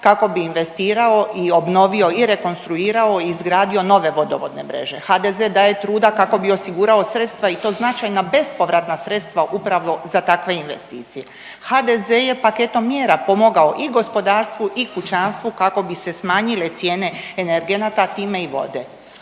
kako bi investirao i obnovio i rekonstruirao i izgradio nove vodovodne mreže, HDZ daje truda kako bi osigurao sredstva i to značajna bespovratna sredstva upravo za takve investicije, HDZ je paketom mjera pomogao i gospodarstvu i kućanstvu kako bi se smanjile cijene energenata, a time i vode.